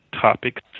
topics